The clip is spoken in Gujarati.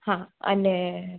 હા અને